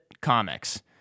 Comics